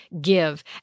give